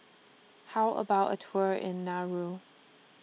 How about A Tour in Nauru